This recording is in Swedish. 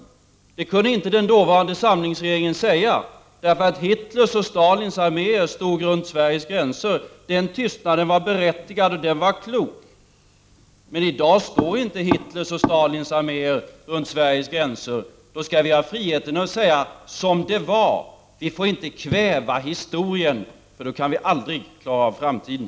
Det kunde inte den dåvarande samlingsregeringen säga, därför att Hitlers och Stalins arméer stod runt Sveriges gränser. Den tystnaden var berättigad, och den var klok. Men i dag står inte Hit 41 lers och Stalins arméer runt Sveriges gränser. Då skall vi ha friheten att säga som det var. Vi får inte kväva historien. Då kan vi aldrig klara av framtiden.